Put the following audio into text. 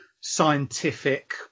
scientific